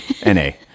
N-A